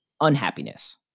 unhappiness